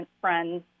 friends